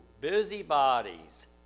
busybodies